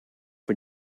for